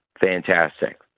fantastic